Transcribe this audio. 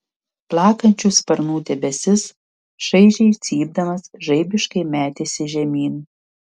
plakančių sparnų debesis šaižiai cypdamas žaibiškai metėsi žemyn